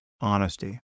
honesty